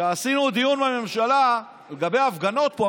כשעשינו דיון בממשלה לגבי הפגנות פה,